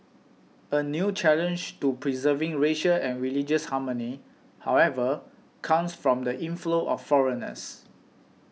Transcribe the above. a new challenge to preserving racial and religious harmony however comes from the inflow of foreigners